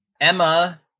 Emma